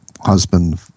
husband